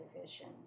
vision